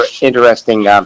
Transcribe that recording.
interesting